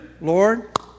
Lord